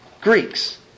Greeks